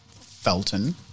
Felton